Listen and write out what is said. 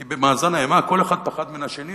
כי במאזן האימה כל אחד פחד מהשני,